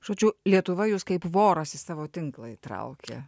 žodžiu lietuva jus kaip voras į savo tinklą įtraukė